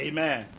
Amen